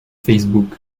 facebook